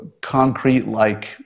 concrete-like